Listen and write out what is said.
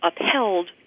upheld